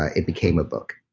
ah it became a book,